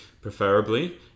preferably